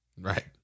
Right